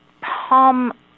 palm